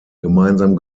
gemeinsam